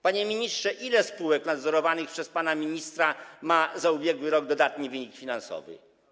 Panie ministrze, ile spółek nadzorowanych przez pana ministra ma za ubiegłym rok dodatni wynik finansowy?